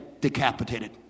decapitated